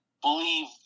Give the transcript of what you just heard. believe